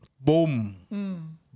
boom